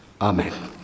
amen